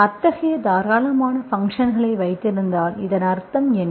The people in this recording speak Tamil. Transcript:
அத்தகைய தாராளமான ஃபங்சன்களை வைத்திருந்தால் இதன் அர்த்தம் என்ன